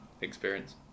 experience